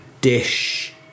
dish